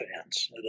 fans